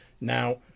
Now